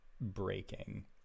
breaking